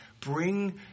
bring